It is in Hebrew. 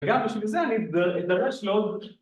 וגם בשביל זה אני אדרש לעוד